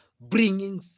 bringing